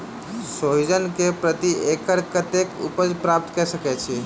सोहिजन केँ प्रति एकड़ कतेक उपज प्राप्त कऽ सकै छी?